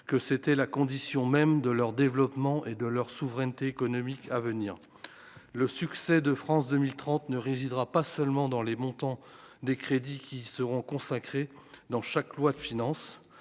que c'était la condition même de leur développement et de leur souveraineté économique à venir, le succès de France 2030 ne résidera pas seulement dans les montants des crédits qui seront consacrés dans chaque loi de finances,